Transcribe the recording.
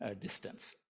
distance